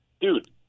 dude